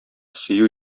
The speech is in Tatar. сөю